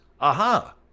Aha